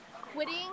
quitting